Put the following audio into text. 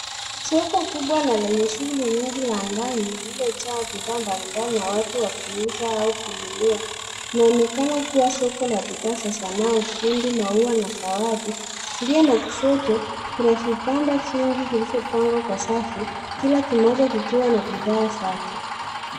Soko kubwa lenye shughuli nyingi na ya ndani lilijaa bidhaa mbali mbali na watu wakiuza au kununua, inaonekana kua soko la bidhaa za sanaa ufundi, maua na zawadi, kulia na kushoto kuna vibanda vingi vilivyopangwa kwa safu, kila kimoja kikiwa na bidhaa zake.